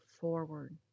forward